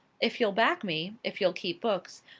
if you'll back me, if you'll keep books,